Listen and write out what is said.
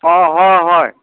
অঁ হয় হয়